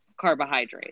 carbohydrates